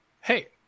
hey